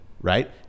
right